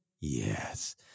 Yes